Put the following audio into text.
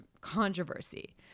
controversy